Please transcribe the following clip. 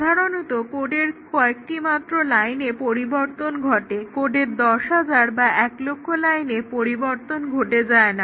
সাধারণত কোডের শুধুমাত্র কয়েকটি লাইনে পরিবর্তন ঘটে থাকে এবং কোডের দশ হাজার বা এক লক্ষ লাইনে পরিবর্তন হয়ে যায় না